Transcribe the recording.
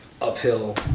uphill